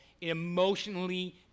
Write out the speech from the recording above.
emotionally